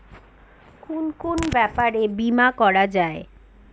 কুন কুন ব্যাপারে বীমা করা যায়?